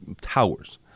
towers